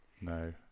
No